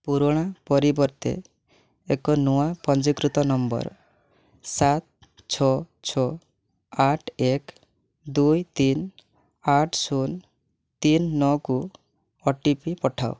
ପୁରୁଣା ପରିବର୍ତ୍ତେ ଏକ ନୂଆ ପଞ୍ଜୀକୃତ ନମ୍ବର ସାତ ଛଅ ଛଅ ଆଠ ଏକ ଦୁଇ ତିନି ଆଠ ଶୂନ ତିନି ନଅକୁ ଓ ଟି ପି ପଠାଅ